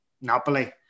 Napoli